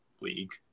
league